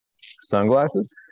Sunglasses